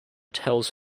tells